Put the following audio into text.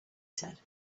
said